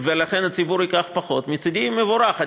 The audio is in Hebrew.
ולכן הציבור ייקח פחות, מצדי זה מבורך.